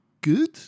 good